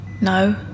No